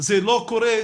זה לא קורה,